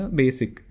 basic